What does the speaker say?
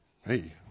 Hey